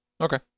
Okay